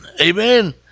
amen